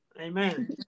Amen